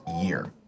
year